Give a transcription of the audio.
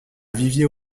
vivier